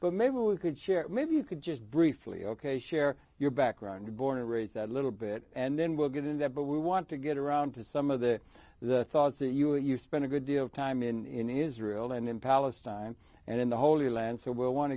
but maybe we could share maybe you could just briefly ok share your background born and raised a little bit and then we'll get into that but we want to get around to some of the thoughts that you spent a good deal of time in israel and in palestine and in the holy land so we want